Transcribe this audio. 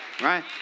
Right